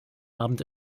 abend